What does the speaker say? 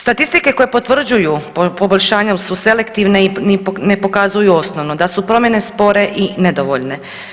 Statistike koje potvrđuju poboljšanje su selektivne i ne pokazuju osnovno da su promjene spore i nedovoljne.